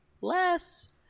less